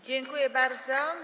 Dziękuję bardzo.